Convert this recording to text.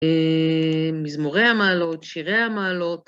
מזמורי המעלות, שירי המעלות.